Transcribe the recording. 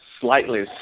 slightly